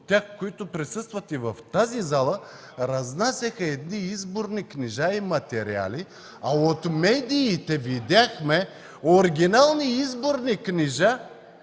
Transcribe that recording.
от тях, които присъстват в тази зала, разнасяха изборни книжа и материали, а от медиите видяхме оригинални изборни книжа